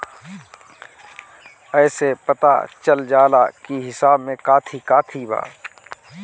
एसे पता चल जाला की हिसाब में काथी काथी बा